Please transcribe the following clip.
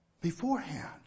Beforehand